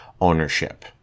ownership